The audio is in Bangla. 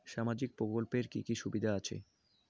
সামাজিক প্রকল্পের কি কি সুবিধা আছে?